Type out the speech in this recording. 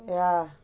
ya